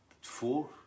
four